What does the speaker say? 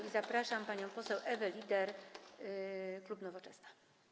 I zapraszam panią poseł Ewę Lieder, klub Nowoczesna.